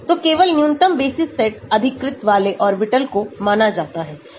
तो केवल न्यूनतमबेसिस सेट अधिकृत वाले ऑर्बिटल्स को माना जाता है